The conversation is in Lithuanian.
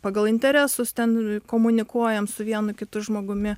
pagal interesus ten komunikuojam su vienu kitu žmogumi